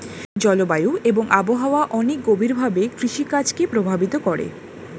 জলবায়ু এবং আবহাওয়া অনেক গভীরভাবে কৃষিকাজ কে প্রভাবিত করে